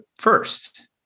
first